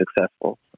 successful